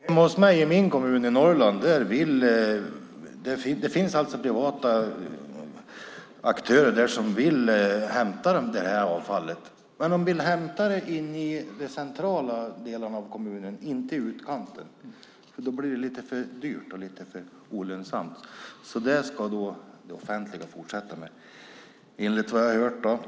Fru talman! Hemma hos mig i min kommun i Norrland finns det privata aktörer som vill hämta det här avfallet. Men de vill hämta det inne i de centrala delarna av kommunen, inte i utkanten. Då blir det lite för dyrt och olönsamt. Det ska det offentliga fortsätta med enligt vad jag har hört.